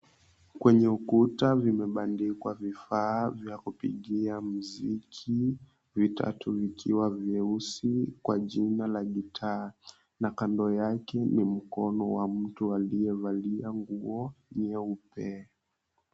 Kwenye ukuta vimebandikwa vifaa vya kupigia muziki. Vitatu vikiwa vyeusi kwa jina la gitaa na kando yake ni mkono wa mtu aliyevalia nguo nyeupe.